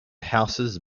houses